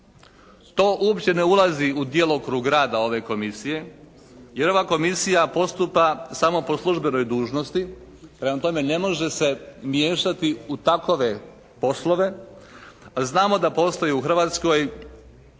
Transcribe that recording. To uopće ne ulazi u djelokrug rada ove Komisije. Jer ova Komisija postupa samo po službenoj dužnosti. Prema tome ne može se miješati u takove poslove. Znamo da postoji u Hrvatskoj